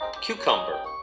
Cucumber